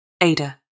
Ada